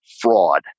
fraud